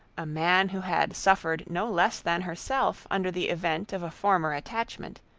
a man who had suffered no less than herself under the event of a former attachment,